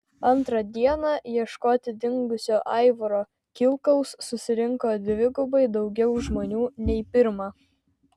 antrą dieną ieškoti dingusio aivaro kilkaus susirinko dvigubai daugiau žmonių nei pirmą